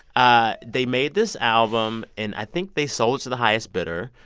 ah they made this album. and i think they sold it to the highest bidder,